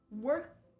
work